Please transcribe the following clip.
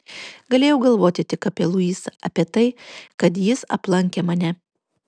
galėjau galvoti tik apie luisą apie tai kad jis aplankė mane